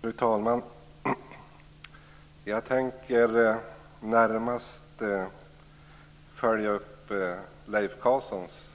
Fru talman! Jag tänker närmast följa upp Leif Carlsons